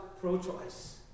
pro-choice